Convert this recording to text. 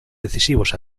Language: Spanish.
decisivos